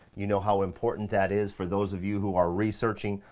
you know how important that is for those of you who are researching.